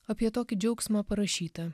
apie tokį džiaugsmą parašyta